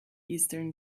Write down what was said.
eastern